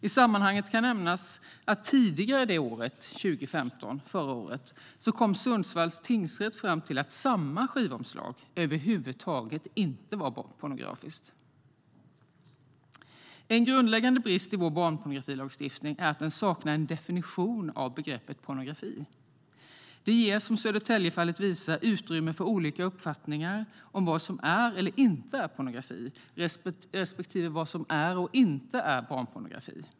I sammanhanget kan nämnas att Sundsvalls tingsrätt tidigare under 2015 kom fram till att samma skivomslag över huvud taget inte var barnpornografiskt. En grundläggande brist i vår barnpornografilagstiftning är att den saknar en definition av begreppet "pornografi". Det ger, som Södertäljefallet visar, utrymme för olika uppfattningar om vad som är eller inte är pornografi respektive vad som är eller inte är barnpornografi.